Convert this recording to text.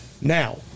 Now